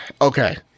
Okay